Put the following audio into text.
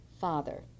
father